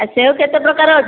ଆଉ ସେଓ କେତେ ପ୍ରକାର ଅଛି